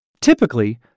typically